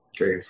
okay